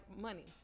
money